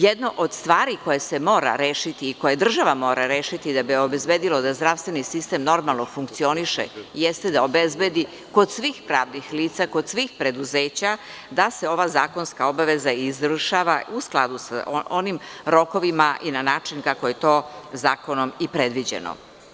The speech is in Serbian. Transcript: Jedno od stvari koje se mora rešiti i koje država mora rešiti, da bi obezbedilo da zdravstveni sistem normalno funkcioniše, jeste da obezbedi kod svih pravnih lica, kod svih preduzeća da se ova zakonska obaveza izvršava u skladu sa onim rokovima i na način kako je to zakonom i predviđeno.